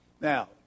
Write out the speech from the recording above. Now